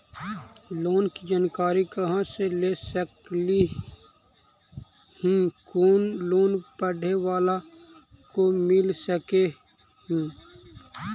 Loan की जानकारी कहा से ले सकली ही, कोन लोन पढ़े बाला को मिल सके ही?